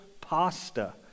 pasta